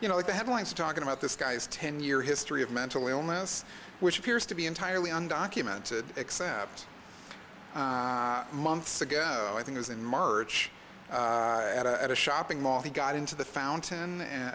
you know the headlines talking about this guy's ten year history of mental illness which appears to be entirely undocumented except months ago i think was in march at a shopping mall he got into the fountain and